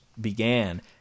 began